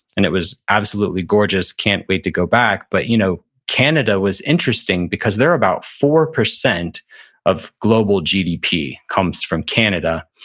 and it was absolutely gorgeous. can't wait to go back. but you know canada was interesting because they're, about four percent of global gdp comes from canada,